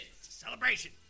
celebration